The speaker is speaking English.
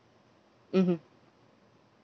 mmhmm